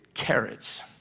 Carrots